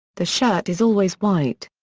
the shirt is always white.